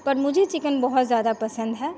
पर मुझे चिकेन बहुत ज्यादा पसंद है